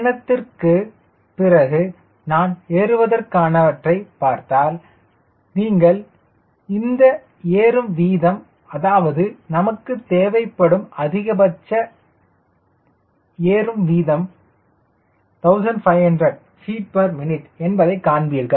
பயணத்திற்குப் பிறகு நான் ஏறுவதற்கான வற்றைப் பார்த்தால் நீங்கள் இந்த ஏறும் வீதம் அதாவது நமக்கு தேவைப்படும் அதிகபட்ச ஏழும் வீதம் 1500 ftmin என்பதை காண்பீர்கள்